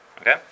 okay